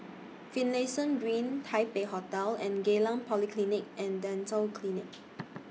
Finlayson Green Taipei Hotel and Geylang Polyclinic and Dental Clinic